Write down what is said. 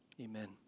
Amen